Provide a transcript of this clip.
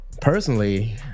personally